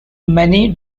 many